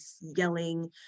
yelling